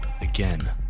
again